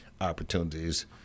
opportunities